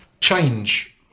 change